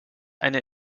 eine